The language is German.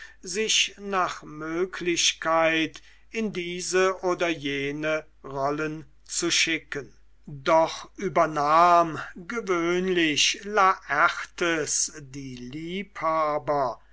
sich nach möglichkeit in diese oder jene rollen zu schicken doch übernahm gewöhnlich laertes die liebhaber